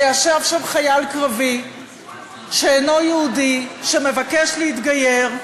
וישב שם חייל קרבי שאינו יהודי, שמבקש להתגייר,